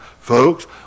Folks